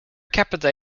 capita